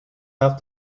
have